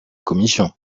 commission